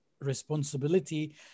responsibility